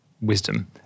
wisdom